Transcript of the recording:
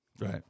right